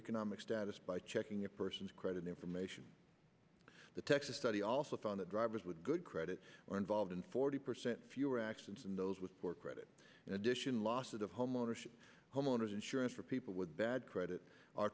economic status by checking a person's credit information the texas study also found that drivers with good credit are involved in forty percent fewer accidents than those with poor credit in addition losses of homeownership homeowners insurance for people with bad credit